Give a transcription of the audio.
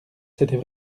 c’était